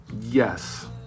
Yes